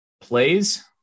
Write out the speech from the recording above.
plays